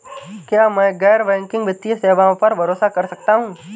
क्या मैं गैर बैंकिंग वित्तीय सेवाओं पर भरोसा कर सकता हूं?